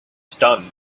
stunned